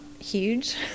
huge